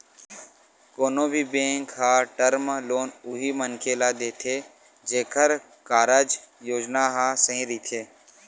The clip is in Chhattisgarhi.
कोनो भी बेंक ह टर्म लोन उही मनखे ल देथे जेखर कारज योजना ह सही रहिथे